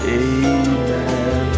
amen